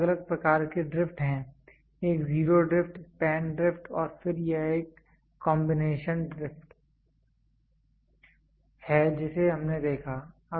तीन अलग अलग प्रकार के ड्रिफ्ट हैं एक जीरो ड्रिफ्ट है स्पैन ड्रिफ्ट और फिर यह एक कंबीनेशन ड्रिफ्ट है जिसे हमने देखा